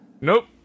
Nope